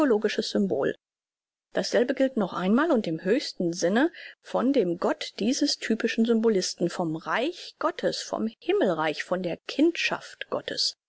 psychologisches symbol dasselbe gilt noch einmal und im höchsten sinne von dem gott dieses typischen symbolisten vom reich gottes vom himmelreich von der kindschaft gottes